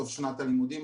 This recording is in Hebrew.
סוף שנת הלימודים,